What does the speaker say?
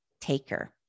taker